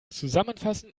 zusammenfassen